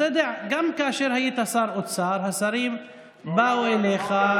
אתה יודע, גם כאשר היית שר אוצר השרים באו אליך,